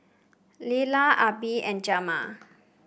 Lyla Abby and Jamil